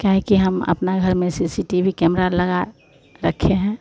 क्या है कि हम अपने घर में C C T V camera लगा रखे हैं